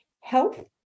Health